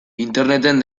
interneten